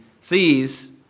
sees